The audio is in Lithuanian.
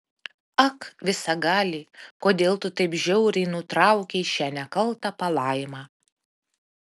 ak visagali kodėl tu taip žiauriai nutraukei šią nekaltą palaimą